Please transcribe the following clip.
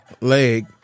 leg